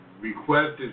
requested